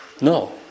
No